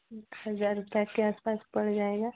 हज़ार रुपये के आसपास पड़ जाएगा